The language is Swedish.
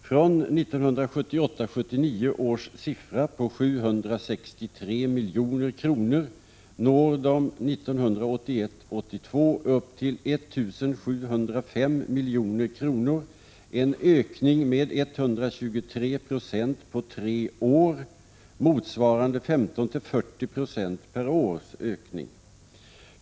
Från 1978 82 upp till 1 705 milj.kr., en ökning med 123 26 på tre år motsvarande 15-40 4 per år.